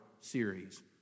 series